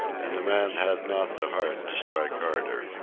and the man had not the heart to strike harder.